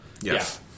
Yes